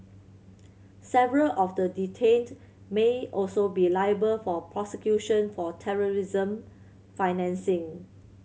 several of the detained may also be liable for prosecution for terrorism financing